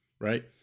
Right